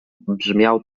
brzmiał